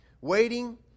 Waiting